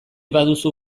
baduzu